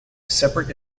separate